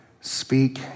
speak